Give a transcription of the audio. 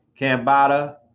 Cambada